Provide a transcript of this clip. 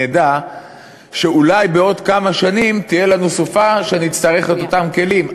נדע שאולי בעוד כמה שנים תהיה לנו סופה שנצטרך בשבילה את אותם כלים,